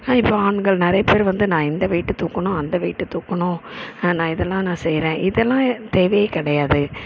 ஆனால் இப்போ ஆண்கள் நிறைய பேர் வந்து நான் இந்த வெயிட்டு தூக்கணும் அந்த வெயிட்டு தூக்கணும் நான் இதெல்லாம் நான் செய்யறேன் இதெல்லாம் தேவையே கிடையாது